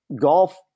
golf